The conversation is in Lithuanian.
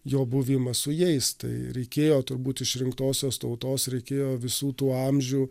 jo buvimą su jais tai reikėjo turbūt išrinktosios tautos reikėjo visų tų amžių